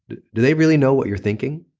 do they really know what you're thinking?